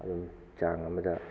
ꯑꯗꯨꯝ ꯆꯥꯡ ꯑꯃꯗ